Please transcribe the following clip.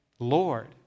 Lord